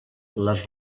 les